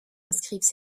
inscrivent